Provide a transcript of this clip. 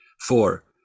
Four